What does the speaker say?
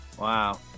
Wow